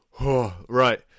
Right